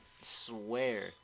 swear